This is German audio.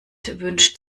wünscht